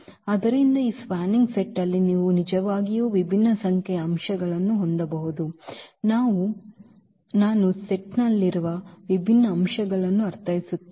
ಆದ್ದರಿಂದ ಈ spanning ಸೆಟ್ನಲ್ಲಿ ನೀವು ನಿಜವಾಗಿಯೂ ವಿಭಿನ್ನ ಸಂಖ್ಯೆಯ ಅಂಶಗಳನ್ನು ಹೊಂದಬಹುದು ನಾನು ಸೆಟ್ನಲ್ಲಿರುವ ವಿಭಿನ್ನ ಅಂಶಗಳನ್ನು ಅರ್ಥೈಸುತ್ತೇನೆ